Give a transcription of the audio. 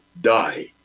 die